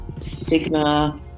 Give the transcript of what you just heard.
stigma